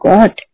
God